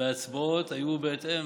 וההצבעות היו בהתאם.